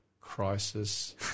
Crisis